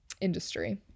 industry